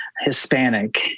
Hispanic